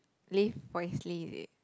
live wisely is it